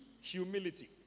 humility